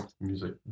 music